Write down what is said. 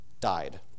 died